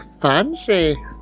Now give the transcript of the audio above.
fancy